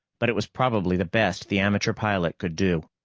but it was probably the best the amateur pilot could do.